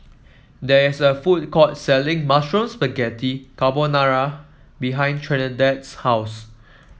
there is a food court selling Mushroom Spaghetti Carbonara behind Trinidad's house